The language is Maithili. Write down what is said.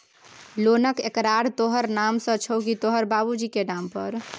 लोनक एकरार तोहर नाम सँ छौ की तोहर बाबुजीक नाम पर